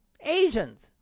Asians